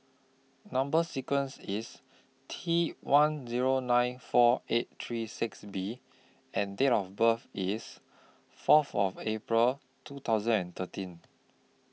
Number sequence IS T one Zero nine four eight three six B and Date of birth IS Fourth of April two thousand and thirteen